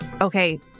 Okay